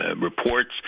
reports